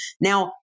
Now